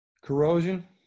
Corrosion